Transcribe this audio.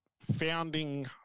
Founding